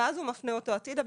ואז הוא מפנה אותו הצידה,